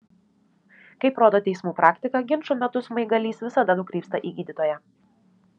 kaip rodo teismų praktika ginčų metu smaigalys visada nukrypsta į gydytoją